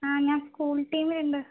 ആ ഞാൻ സ്കൂൾ ടീമിലുണ്ട്